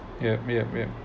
yup yup yup